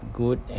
good